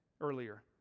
earlier